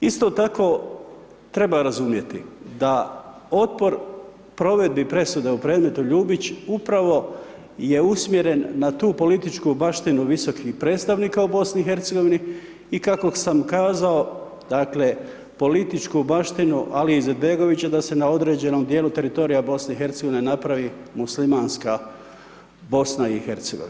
Isto tako treba razumjeti da otpor provedbi presude u predmetu Ljubić upravo je usmjeren na tu političku baštinu visokih predstavnika u BiH i kako sam kazao, dakle političku baštinu Alije Izetbegovića da se na određenom dijelu teritorija BiH napravi muslimanska BiH.